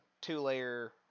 two-layer